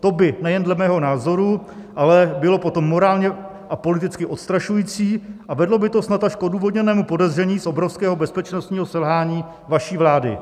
To by, nejen dle mého názoru, ale bylo potom morálně a politicky odstrašující a vedlo by to snad až k odůvodněnému podezření z obrovského bezpečnostního selhání vaší vlády.